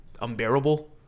unbearable